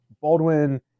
Baldwin